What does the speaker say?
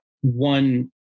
one